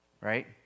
right